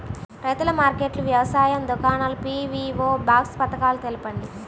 రైతుల మార్కెట్లు, వ్యవసాయ దుకాణాలు, పీ.వీ.ఓ బాక్స్ పథకాలు తెలుపండి?